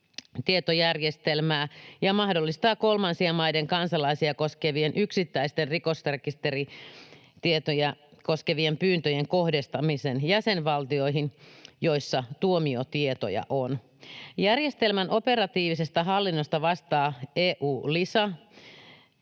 rikosrekisteritietojärjestelmää ja mahdollistaa kolmansien maiden kansalaisia koskevien yksittäisten rikosrekisteritietoja koskevien pyyntöjen kohdentamisen jäsenvaltioihin, joissa tuomiotietoja on. Järjestelmän operatiivisesta hallinnasta vastaa eu-LISA